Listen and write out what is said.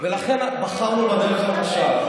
ולכן בחרנו בדרך הקשה.